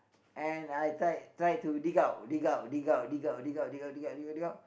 and I tried tried to dig out dig out dig out dig out dig out dig out dig out dig out dig out